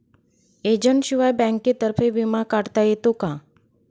एजंटशिवाय बँकेतर्फे विमा काढता येतो का?